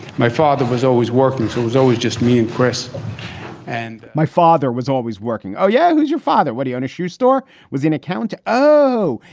my father was always working. so it was always just me and chris and my father was always working oh, yeah. who's your father? when he owned a shoe store was an account. oh,